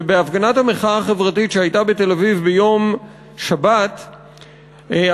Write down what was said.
ובהפגנת המחאה החברתית שהייתה בתל-אביב ביום שבת היה